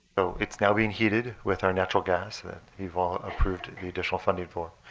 though it's now being heated with our natural gas that we've all approved the additional funding for.